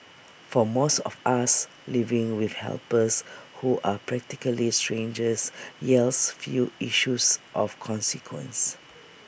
for most of us living with helpers who are practically strangers yields few issues of consequence